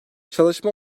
çalışma